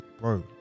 bro